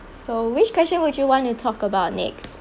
so which question would you want to talk about next